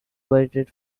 waited